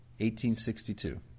1862